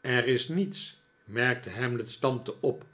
er is niets merkte hamlet's tante op